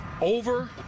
over